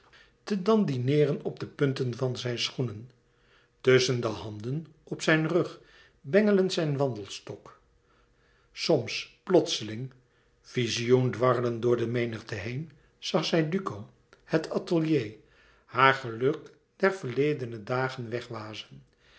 te dandineeren op de punten van zijn schoenen tusschen de handen op zijn rug bengelende zijn wandelstok soms plotseling vizioen dwarrelend door de menigte heen zag zij duco het atelier haar geluk der verledene dagen